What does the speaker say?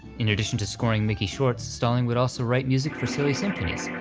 in addition to scoring mickey shorts, stalling would also write music for silly symphonies,